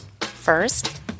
first